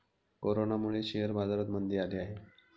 कोरोनामुळे शेअर बाजारात मंदी आली आहे